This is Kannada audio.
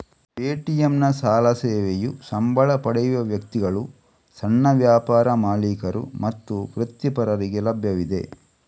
ಪೇಟಿಎಂನ ಸಾಲ ಸೇವೆಯು ಸಂಬಳ ಪಡೆಯುವ ವ್ಯಕ್ತಿಗಳು, ಸಣ್ಣ ವ್ಯಾಪಾರ ಮಾಲೀಕರು ಮತ್ತು ವೃತ್ತಿಪರರಿಗೆ ಲಭ್ಯವಿದೆ